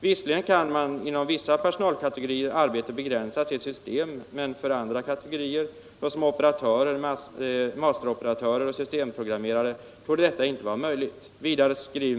Visserligen kan inom vissa personalkategorier arbetet begränsas till ett system, men för andra kategorier, såsom operatörer, masteroperatörer och systemprogrammerare, torde detta inte vara möjligt.